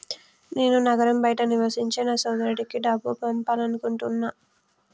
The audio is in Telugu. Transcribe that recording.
నేను నగరం బయట నివసించే నా సోదరుడికి డబ్బు పంపాలనుకుంటున్నా